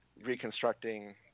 reconstructing